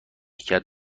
کرد